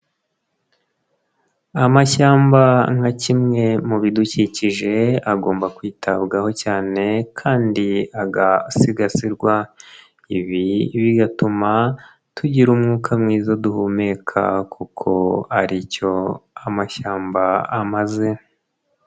Amashyamba nka kimwe mu bidukikije, agomba kwitabwaho cyane kandi agasigasirwa. Ibi bigatuma tugira umwuka mwiza duhumeka kuko ari cyo amashyamba amaze.